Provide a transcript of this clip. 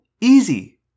easy